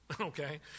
Okay